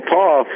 Paul